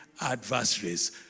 adversaries